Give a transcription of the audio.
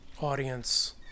audience